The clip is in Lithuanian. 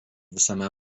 visame